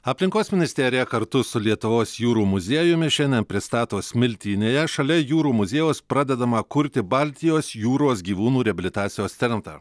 aplinkos ministerija kartu su lietuvos jūrų muziejumi šiandien pristato smiltynėje šalia jūrų muziejaus pradedamą kurti baltijos jūros gyvūnų reabilitacijos centrą